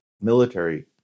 military